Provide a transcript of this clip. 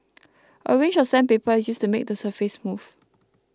a range of sandpaper is used to make the surface smooth